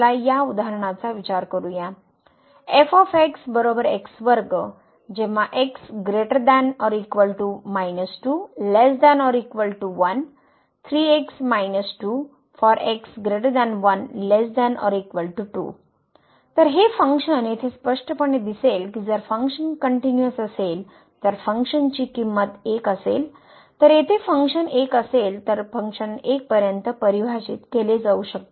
चला या उदाहरणाचा विचार करूया तर हे फंक्शन येथे स्पष्टपणे दिसेल की जर फंक्शन कनट्युनिअस असेल तर फंक्शनची किंमत 1 असेल तर येथे फंक्शन 1 असेल तर फंक्शन 1 पर्यंत परिभाषित केले जाऊ शकते